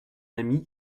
ami